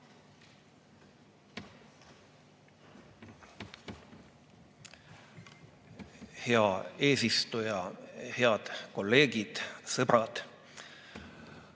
Hea eesistuja! Head kolleegid! Sõbrad!